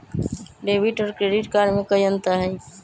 Debit और credit card में कई अंतर हई?